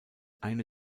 eine